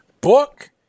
Book